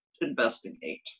investigate